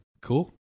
cool